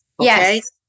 yes